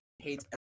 Hates